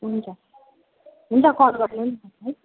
हुन्छ हुन्छ कल गर्नु नि है